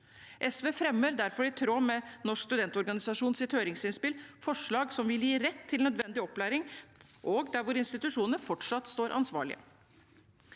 SV fremmer derfor – i tråd med Norsk studentorganisasjons høringsinnspill – et forslag som vil gi rett til nødvendig opplæring, og der institusjonene fortsatt står ansvarlig.